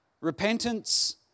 Repentance